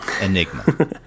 Enigma